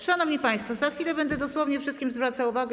Szanowni państwo, za chwilę będę dosłownie wszystkim zwracała uwagę.